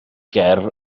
ger